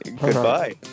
Goodbye